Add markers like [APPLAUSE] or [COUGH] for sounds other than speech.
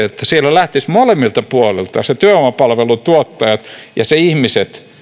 [UNINTELLIGIBLE] että siellä ihmiset lähtisivät molemmilta puolilta ne työvoimapalvelun tuottajat ja ne työttömät